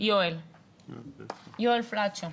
ליואל פלדשו.